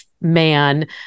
man